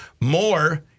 More